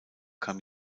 kam